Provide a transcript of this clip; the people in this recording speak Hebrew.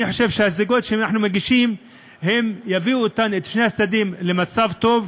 אני חושב שההסתייגויות שאנחנו מגישים יביאו את שני הצדדים למצב טוב,